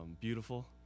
beautiful